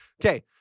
Okay